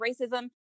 racism